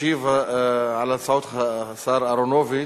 ישיב על ההצעות השר אהרונוביץ.